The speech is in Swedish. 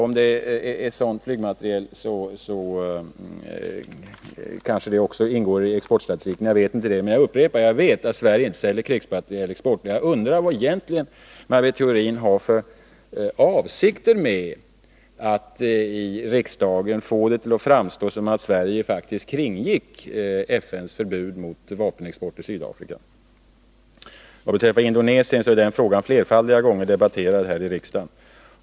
Om det gäller sådan flygmateriel kanske det också ingår i exportstatistiken. Jag upprepar att jag vet att Sverige inte säljer krigsmateriel till Sydafrika. Jag undrar vad Maj Britt Theorin egentligen har för avsikter med att i riksdagen påstå att Sverige kringgår FN:s förbud mot vapenexport till Sydafrika. Frågan om Indonesien har flerfaldiga gånger debatterats här i riksdagen.